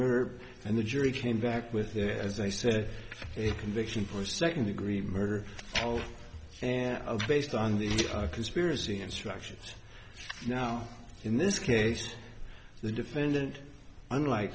murder and the jury came back with their as they said a conviction for second degree murder and based on the conspiracy instructions now in this case the defendant unlike